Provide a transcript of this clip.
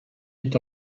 est